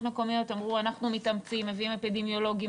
מקומיות ואמרו: אנחנו מתאמצים מביאים אפידמיולוגים,